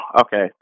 okay